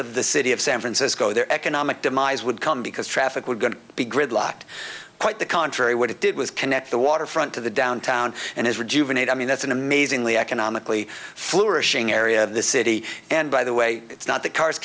of the city of san francisco their economic demise would come because traffic would be gridlocked quite the contrary what it did was connect the waterfront to the downtown and is rejuvenate i mean that's an amazingly economically flourishing area of the city and by the way it's not that cars